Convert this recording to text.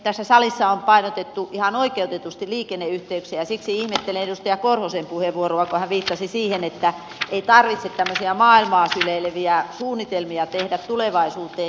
tässä salissa on painotettu ihan oikeutetusti liikenneyhteyksiä ja siksi ihmettelen edustaja korhosen puheenvuoroa kun hän viittasi siihen että ei tarvitse tämmöisiä maailmaa syleileviä suunnitelmia tehdä tulevaisuuteen